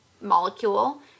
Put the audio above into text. molecule